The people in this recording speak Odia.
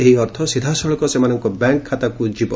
ଏହି ଅର୍ଥ ସିଧାସଳଖ ସେମାନଙ୍କ ବ୍ୟାଙ୍କ ଖାତାକୁ ଯିବ